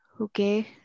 Okay